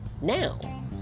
now